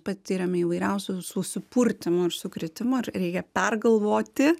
patiriam įvairiausių susipurtymų ir sukrėtimų ar reikia pergalvoti